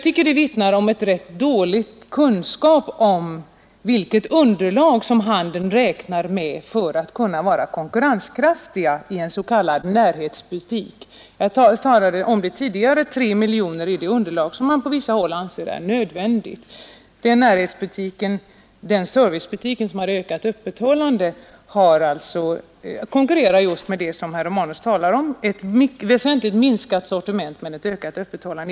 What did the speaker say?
Det vittnar om en ganska dålig kunskap om det köpunderlag som handeln räknar med för att kunna vara konkurrenskraftig i en s.k. närhetsbutik. Jag nämnde tidigare att en omsättning på 3 miljoner kronor anses nödvändig. Den servicebutik som herr Romanus talade om konkurrerar just med ett väsentligt minskat sortiment men med ett utökat öppethållande.